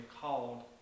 called